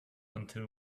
until